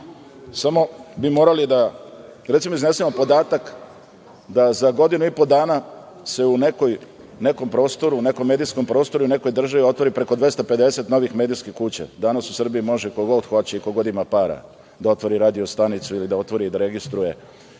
samo bi morali da, recimo, iznesemo podatak da za godinu i po dana se u nekom prostoru, nekom medijskom prostoru i nekoj državi otvori preko 250 novih medijskih kuća, danas u Srbiji može ko god hoće i ko god ima para da otvori radio stanicu ili da otvori i da se